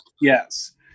Yes